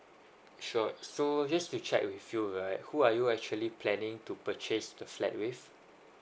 sure so just to check with you right who are you actually planning to purchase the flat with